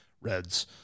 Reds